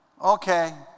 okay